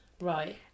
Right